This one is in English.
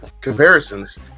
comparisons